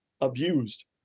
abused